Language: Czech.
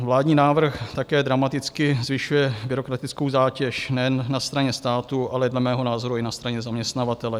Vládní návrh také dramaticky zvyšuje byrokratickou zátěž nejen na straně státu, ale dle mého názoru i na straně zaměstnavatele.